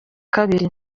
kabiri